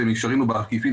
במישרין או בעקיפין,